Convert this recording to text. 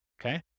Okay